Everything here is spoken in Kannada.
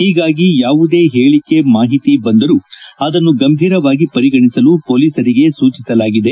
ಹೀಗಾಗಿ ಯಾವುದೇ ಹೇಳಿಕೆ ಮಾಹಿತಿ ಬಂದರೂ ಅದನ್ನು ಗಂಭೀರವಾಗಿ ಪರಿಗಣಿಸಲು ಪೋಲಿಸರಿಗೆ ಸೂಚಿಸಲಾಗಿದೆ